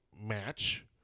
match